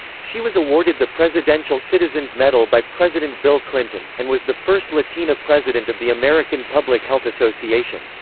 she was awarded the presidential citizens medal by president bill clinton, and was the first latina president of the american public health association.